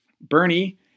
Bernie